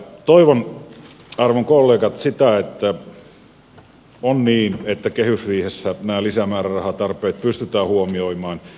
toivon arvon kollegat että on niin että kehysriihessä nämä lisämäärärahatarpeet pystytään huomioimaan